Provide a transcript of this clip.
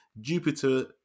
Jupiter